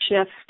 shift